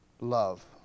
love